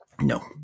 No